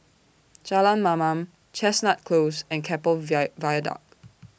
Jalan Mamam Chestnut Close and Keppel Via Viaduct